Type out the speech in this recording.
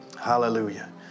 Hallelujah